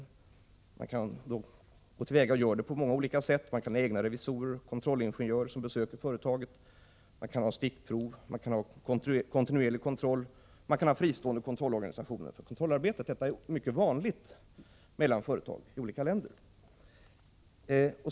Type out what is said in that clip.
Företaget kan gå till väga på många olika sätt, t.ex. genom att det har egna revisorer och kontrollingenjörer som besöker företaget, gör stickprov och utför kontinuerlig kontroll, eller genom fristående kontrollorganisationer för kontrollarbetet. Detta är mycket vanligt mellan företag i olika länder.